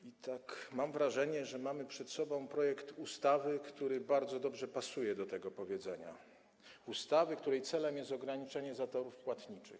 Mam takie wrażenie, że mamy przed sobą projekt ustawy, który bardzo dobrze pasuje do tego powiedzenia, ustawy, której celem jest ograniczenie zatorów płatniczych.